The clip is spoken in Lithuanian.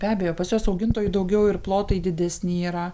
be abejo pas juos augintojų daugiau ir plotai didesni yra